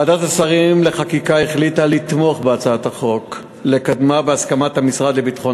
ועדת השרים לחקיקה החליטה לתמוך בהצעת החוק ולקדמה בהסכמת המשרד לביטחון